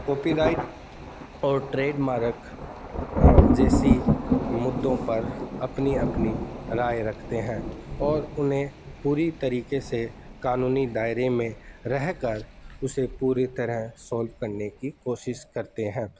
copy right اور trademark جیسی مدعوں پر اپنی اپنی رائے رکھتے ہیں اور انہیں پوری طریقے سے قانونی دائرے میں رہ کر اسے پوری طرح سولو کرنے کی کوشش کرتے ہیں